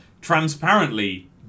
transparently